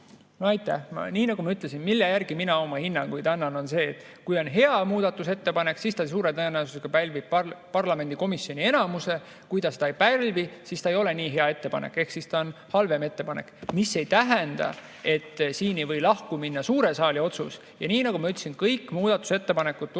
Aitäh! Nii nagu ma ütlesin, mille järgi mina oma hinnanguid annan, see on see, et kui on hea muudatusettepanek, siis see suure tõenäosusega pälvib parlamendikomisjoni enamuse, kui ta seda ei pälvi, siis ta ei ole nii hea ettepanek ehk siis ta on halvem ettepanek. Mis ei tähenda, et suure saali otsus siin ei või sellest lahku minna. Ja nii nagu ma ütlesin, kõik muudatusettepanekud tulevad